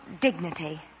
dignity